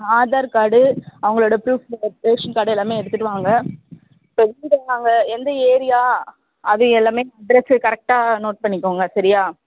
Aadhaar card அவங்களோட proof உள்ள ration card எல்லாமே எடுத்துட்டு வாங்க எடுத்துட்டு வாங்க எந்த ஏரியா அது எல்லாமே அட்ரெஸ்ஸு கரெக்டாக நோட் பண்ணிக்கோங்க சரியா